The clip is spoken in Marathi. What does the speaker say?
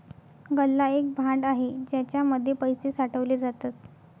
गल्ला एक भांड आहे ज्याच्या मध्ये पैसे साठवले जातात